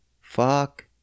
fuck